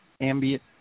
ambient